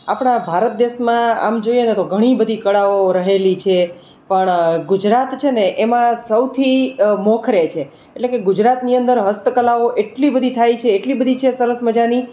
આપણા ભારત દેશમાં આમ જોઈએને તો ઘણીબધી કળાઓ રહેલી છે પણ ગુજરાત છેને એમાં સૌથી મોખરે છે એટલે કે ગુજરાતની અંદર હસ્તકલાઓ એટલી બધી થાય છે એટલી બધી છે સરસ મજાની